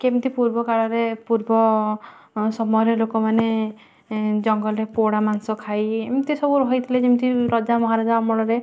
କେମିତି ପୂର୍ବ କାଳରେ ପୂର୍ବ ସମୟରେ ଲୋକ ମାନେ ଜଙ୍ଗଲରେ ପୋଡ଼ା ମାଂସ ଖାଇ ଏମିତି ସବୁ ହେଇଥିଲେ ଯେମିତି ରଜା ମହାରାଜା ଅମଳରେ